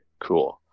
cool